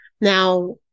Now